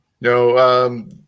No